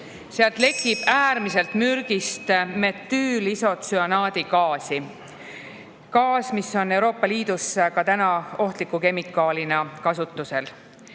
sealt lekib äärmiselt mürgist metüülisotsüaniidi gaasi – gaasi, mis on Euroopa Liidus praegugi ohtliku kemikaalina kasutusel.